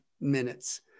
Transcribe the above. minutes